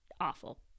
awful